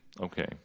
Okay